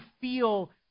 feel